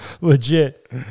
legit